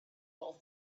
all